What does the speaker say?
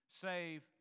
save